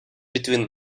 between